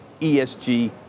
ESG